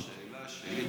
השאלה שלי,